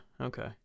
Okay